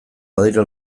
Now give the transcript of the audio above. badira